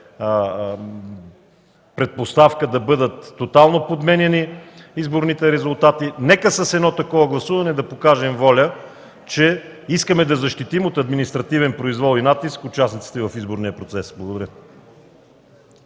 предпоставка да бъдат тотално подменяни изборните резултати. Нека с едно такова гласуване да покажем воля, че искаме да защитим от административен произвол и натиск участниците в изборния процес. Благодаря.